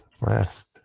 Last